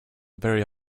very